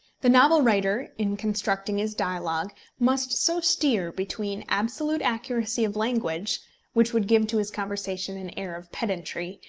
the novel-writer in constructing his dialogue must so steer between absolute accuracy of language which would give to his conversation an air of pedantry,